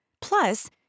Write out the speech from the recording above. Plus